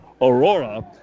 Aurora